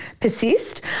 persist